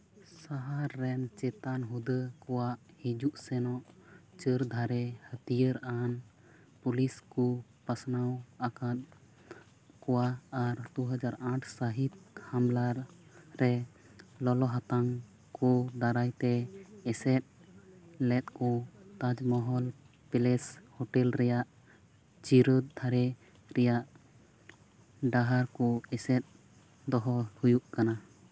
ᱥᱟᱦᱟᱨ ᱨᱮᱱ ᱪᱮᱛᱟᱱ ᱦᱩᱫᱟᱹ ᱠᱚᱣᱟᱜ ᱦᱤᱡᱩᱜ ᱥᱮᱱᱚᱜ ᱪᱟᱹᱨ ᱫᱷᱟᱨᱮ ᱦᱟᱹᱛᱭᱟᱹᱨ ᱟᱱ ᱯᱩᱞᱤᱥ ᱠᱚ ᱯᱟᱥᱱᱟᱣ ᱟᱠᱟᱫ ᱠᱚᱣᱟ ᱟᱨ ᱫᱩ ᱦᱟᱡᱟᱨ ᱟᱴ ᱥᱟᱹᱦᱤᱛ ᱦᱟᱢᱞᱟ ᱨᱮ ᱞᱚᱞᱚ ᱦᱟᱛᱟᱝ ᱠᱚ ᱫᱟᱨᱟᱭ ᱛᱮ ᱮᱥᱮᱫ ᱞᱮᱫ ᱠᱚ ᱛᱟᱡᱽᱢᱚᱦᱚᱞ ᱯᱞᱮᱥ ᱦᱳᱴᱮᱞ ᱨᱮᱭᱟᱜ ᱪᱟᱹᱨᱤ ᱫᱷᱟᱨᱮ ᱨᱮᱭᱟᱜ ᱰᱟᱦᱟᱨ ᱠᱚ ᱮᱥᱮᱫ ᱫᱚᱦᱚ ᱦᱩᱭᱩᱜ ᱠᱟᱱᱟ